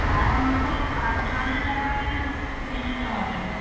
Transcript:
ভাড়া ওরকম পাঁচ ছ হাজার টাকার নিচে তো হবে না